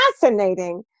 fascinating